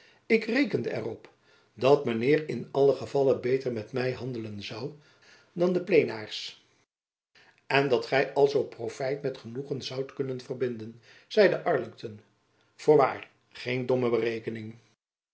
ik reikende er op dat men heir in allen gevalle beiter met my handelen zoû dan de plenairs en dat gy alzoo profijt met genoegen zoudt kunnen verbinden zeide arlington voorwaar geen domme berekening